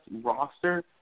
roster